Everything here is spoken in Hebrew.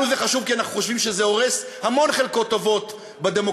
לנו זה חשוב כי אנחנו חושבים שזה הורס המון חלקות טובות בדמוקרטיה,